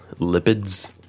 lipids